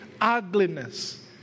ugliness